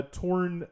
torn